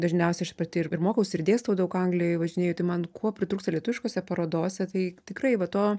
dažniausiai aš pati ir mokausi ir dėstau daug anglijoj važinėju tai man ko pritrūksta lietuviškose parodose tai tikrai va to